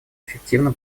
эффективно